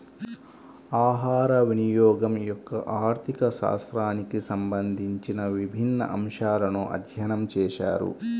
ఆహారవినియోగం యొక్క ఆర్థిక శాస్త్రానికి సంబంధించిన విభిన్న అంశాలను అధ్యయనం చేశారు